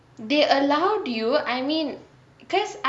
they allowed you I mean because